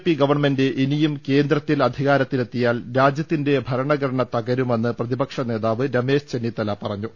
P government ഇനിയും കേന്ദ്രത്തിൽ അധി കാരത്തിലെത്തിയാൽ രാജൃത്തിന്റെ ഭരണഘടന തകരുമെന്ന് പ്രതിപക്ഷ നേതാവ് രമേശ് ചെന്നിത്തല പറഞ്ഞു